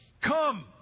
Come